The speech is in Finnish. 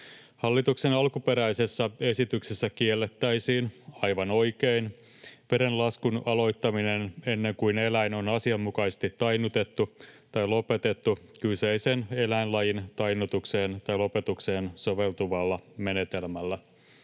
Hallituksen alkuperäisessä esityksessä kiellettäisiin, aivan oikein, verenlaskun aloittaminen ennen kuin eläin on asianmukaisesti tainnutettu tai lopetettu kyseisen eläinlajin tainnutukseen tai lopetukseen soveltuvalla menetelmällä.